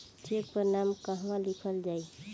Check पर नाम कहवा लिखल जाइ?